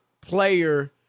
player